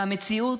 והמציאות,